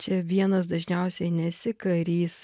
čia vienas dažniausiai nesi karys